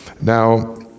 Now